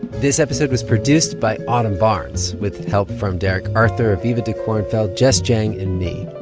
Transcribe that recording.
this episode was produced by autumn barnes with help from derek arthur, aviva dekornfeld, jess jiang and me.